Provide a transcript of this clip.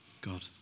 God